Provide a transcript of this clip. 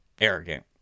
arrogant